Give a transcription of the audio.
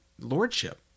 lordship